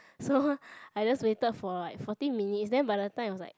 so I just waited for like forty minutes then by the time it was like